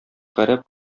гарәп